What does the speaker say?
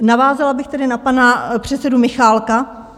Navázala bych tedy na pana předsedu Michálka.